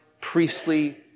priestly